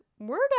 word